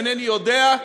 אינני יודע.